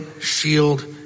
shield